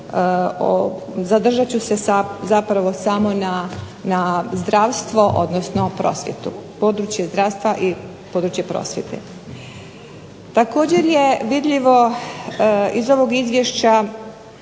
zadržat ću se sa zapravo samo na zdravstvo odnosno prosvjetu, područje zdravstva i područje prosvjete. Također je vidljivo iz ovog Izvješća